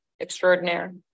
extraordinaire